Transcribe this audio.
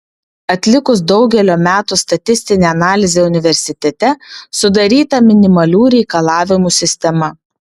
atlikus daugelio metų statistinę analizę universitete sudaryta minimalių reikalavimų sistema